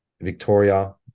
Victoria